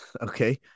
Okay